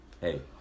Hey